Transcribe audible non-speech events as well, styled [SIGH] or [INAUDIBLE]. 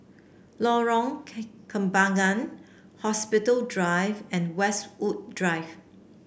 Lorong [UNINTELLIGIBLE] Kembangan Hospital Drive and Westwood Drive